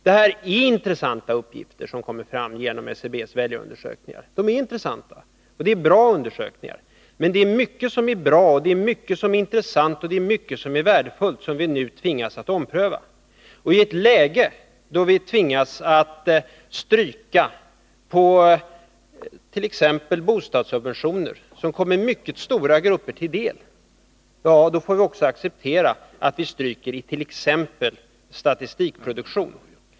Det är intressanta uppgifter som kommer fram genom SCB:s väljarundersökningar, och det är bra undersökningar. Men det är mycket som är bra och intressant och värdefullt som vi nu tvingas att ompröva. Och i ett läge då vi tvingas att stryka beträffande t.ex. bostadssubventionerna, som kommer mycket stora grupper till del, får vi också acceptera att stryka i t.ex. statistikproduktionen.